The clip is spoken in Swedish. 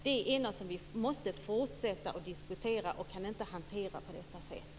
Det är någonting som vi måste fortsätta att diskutera och som vi inte kan hantera på detta sätt.